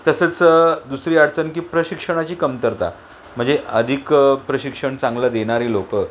तसंच दुसरी अडचण की प्रशिक्षणाची कमतरता म्हणजे अधिक प्रशिक्षण चांगलं देणारे लोकं